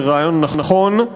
זה רעיון נכון,